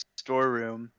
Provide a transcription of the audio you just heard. storeroom